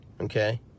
okay